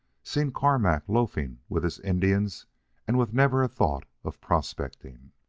seen carmack loafing with his indians and with never a thought of prospecting?